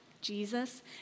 Jesus